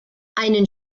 einen